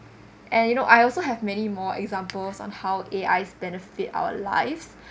and you know I also have many more examples on how A_I benefit our lives